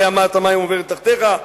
הרי אמת המים עוברת תחתיך,